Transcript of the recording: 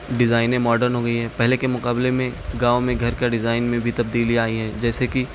ڈیزائنیں modern ہو گئی ہیں پہلے کے مقابلے میں گاؤں میں گھر کا ڈیزائن میں بھی تبدیلیاں آئی ہیں جیسے کہ